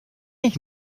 ich